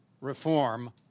reform